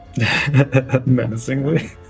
menacingly